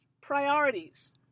Priorities